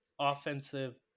offensive